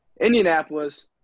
Indianapolis